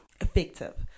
effective